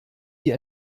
die